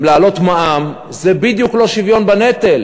המע"מ זה בדיוק לא שוויון בנטל,